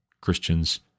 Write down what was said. Christians